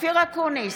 אופיר אקוניס,